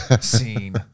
scene